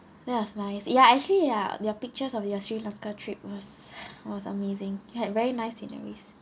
that was nice ya actually ya your pictures of your sri lanka trip was was amazing it had very nice sceneries